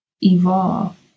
evolve